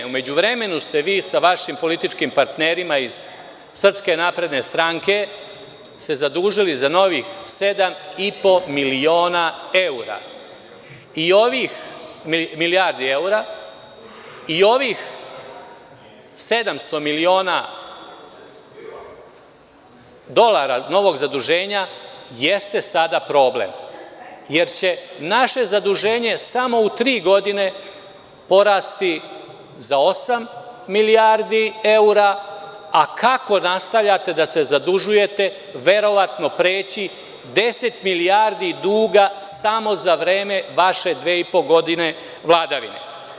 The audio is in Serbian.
U međuvremenu ste se vi sa vašim političkim partnerima iz Srpske napredne stranke zadužili za novih 7,5 milijardi eura i ovih 700 miliona dolara novog zaduženja jeste sada problem, jer će naše zaduženje samo u tri godine porasti za osam milijardi eura, a kako nastavljate da se zadužujete verovatno će preći 10 milijardi duga samo za vreme vaše dve i po godine vladavine.